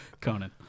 Conan